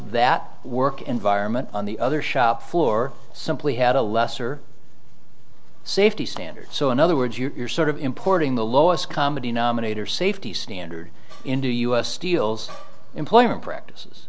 that work environment on the other shop floor simply had a lesser safety standards so in other words you're sort of importing the lowest common denominator safety standard into u s steel's employment practices